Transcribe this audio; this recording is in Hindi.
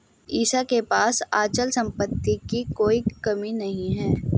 ईशा के पास अचल संपत्ति की कोई कमी नहीं है